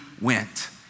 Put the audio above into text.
went